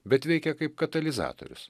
bet veikia kaip katalizatorius